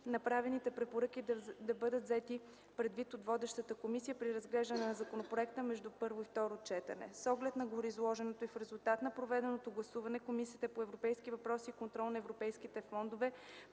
направените препоръки да бъдат взети предвид от водещата комисия при разглеждане на законопроекта между първо и второ четене. С оглед на гореизложеното и в резултат на проведеното гласуване, Комисията по европейските въпроси и контрол на европейските фондове